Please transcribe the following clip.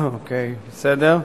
אוקיי, בסדר.